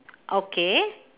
okay